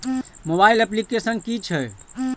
Mobile application कि छै?